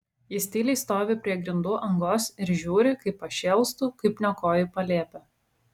jis tyliai stovi prie grindų angos ir žiūri kaip aš šėlstu kaip niokoju palėpę